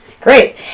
Great